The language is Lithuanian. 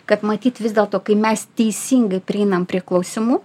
kad matyt vis dėlto kai mes teisingai prieinam prie klausimų